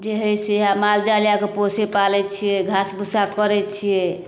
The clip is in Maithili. जे हइ से आओर मालजाल आओरके पोसै पालै छिए घास भुस्सा करै छिए